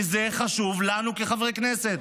כי זה חשוב לנו כחברי כנסת.